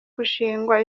gushingwa